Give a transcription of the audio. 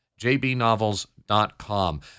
jbnovels.com